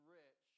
rich